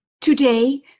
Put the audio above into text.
Today